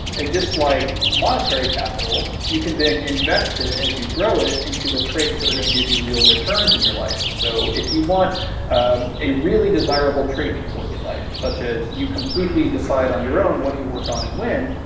and just like monetary capital you can then invest it as you grow it into the traits that are going to give you real returns in your life so, if you want ah a really desirable trait in your working life, such as you completely decide on your own what you work on and when,